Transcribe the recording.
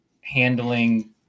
handling